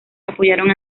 apoyaron